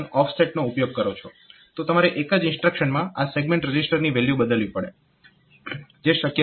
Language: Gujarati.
તો તમારે એક જ ઇન્સ્ટ્રક્શનમાં આ સેગમેન્ટ રજીસ્ટરની વેલ્યુ બદલવી પડે જે શક્ય નથી